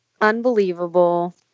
unbelievable